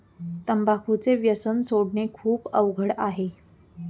तंबाखूचे व्यसन सोडणे खूप अवघड आहे